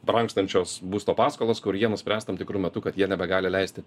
brangstančios būsto paskolos kur jie nuspręs tam tikru metu kad jie nebegali leisti